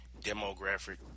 demographic